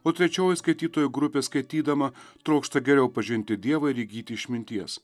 o trečioji skaitytojų grupės skaitydama trokšta geriau pažinti dievą ir įgyti išminties